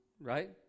right